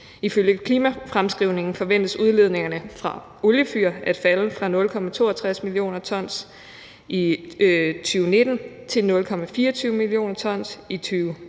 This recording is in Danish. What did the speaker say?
Ifølge klimafremskrivningen forventes udledningerne fra oliefyr at falde fra 0,62 mio. t i 2019 til 0,24 mio. t i 2025,